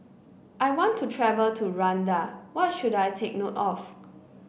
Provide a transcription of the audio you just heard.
I want to travel to Rwanda what should I take note of